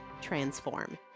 transform